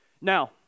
Now